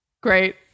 Great